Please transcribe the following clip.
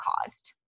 caused